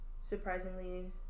surprisingly